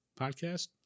podcast